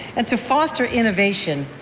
and to foster innovation,